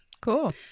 cool